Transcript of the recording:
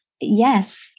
yes